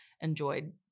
enjoyed